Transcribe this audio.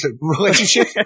relationship